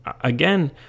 again